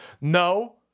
No